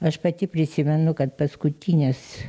aš pati prisimenu kad paskutinės